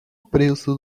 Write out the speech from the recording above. preço